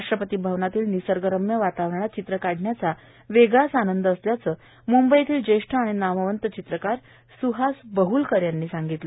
राष्ट्रपती भवनातील निसर्गरम्य वातावरणात चित्र काढण्याचा वेगळाच आनंद असल्याचे मुंबई येथील ज्येष्ठ आणि नामवंत चित्रकार स्हास बहलकर यांनी सांगितले